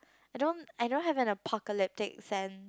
I don't I don't have an apocalyptic sense